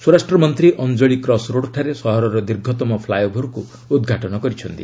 ସ୍ୱରାଷ୍ଟ୍ର ମନ୍ତ୍ରୀ ଅଞ୍ଚଳି କ୍ରସରୋଡ୍ଠାରେ ସହରର ଦୀର୍ଘତମ ଫ୍ଲାଏଓଭର୍କୁ ମଧ୍ୟ ଉଦ୍ଘାଟନ କରିଛନ୍ତି